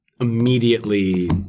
immediately